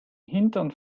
hintern